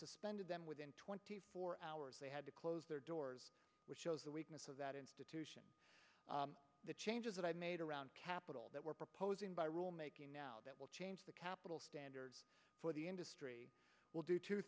suspended them within twenty four hours they had to close their doors which shows the weakness of that institution the changes that i made around capital that we're proposing by rule making now that will change the capital standards for the industry will do two